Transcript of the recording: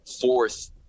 fourth